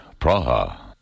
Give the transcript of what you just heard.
Praha